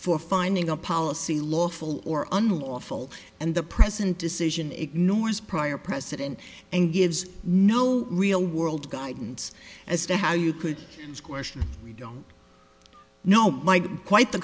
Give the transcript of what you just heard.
for finding a policy lawful or unlawful and the present decision ignores prior precedent and gives no real world guidance as to how you could question we don't know might be quite the